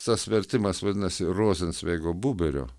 tas vertimas vadinasi rozencveigo buberio